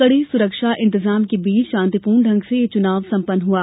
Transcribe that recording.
कड़े सुरक्षा इंतजाम के बीच शान्तिपूर्ण ढंग से यह चुनाव सम्पन्न हुआ